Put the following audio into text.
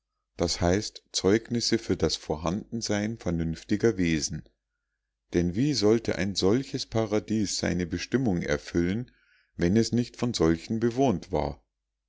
das heißt zeugnisse für das vorhandensein vernünftiger wesen denn wie sollte ein solches paradies seine bestimmung erfüllen wenn es nicht von solchen bewohnt war